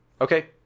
okay